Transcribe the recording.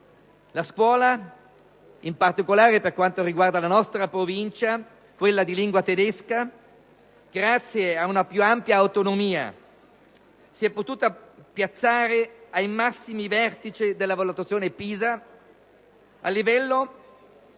La scuola, in particolare per quanto riguarda la nostra Provincia, quella di lingua tedesca, grazie ad una più ampia autonomia si è potuta piazzare ai massimi vertici della valutazione PISA, allo